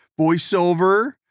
voiceover